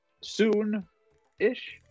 soon-ish